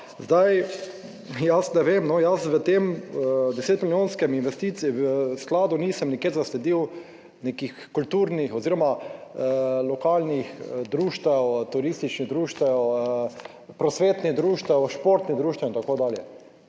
sklada, jaz ne vem no, jaz v tem 10 milijonskem investiciji v skladu nisem nikjer zasledil nekih kulturnih oziroma lokalnih društev, turističnih društev, prosvetnih društev, športnih društev in tako dalje.